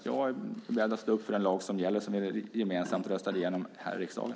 Jag är alltså beredd att stå upp för den lag som gäller och som vi gemensamt röstat igenom här i riksdagen.